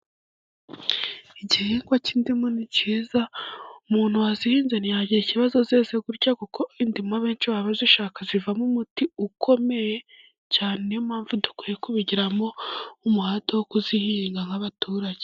Igihingwa cy'indimu ni cyiza. Umuntu wazihinze ntiyagira ikibazo zeze gutya, kuko indimu benshi baba bazishaka. Zivamo umuti ukomeye cyane niyo mpamvu dukwiye kubigiramo nk'umuhate wo kuzihinga. nk'abaturage.